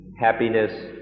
happiness